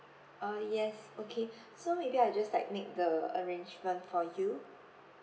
uh yes okay so maybe I just like make the arrangement for you